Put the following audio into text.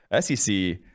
SEC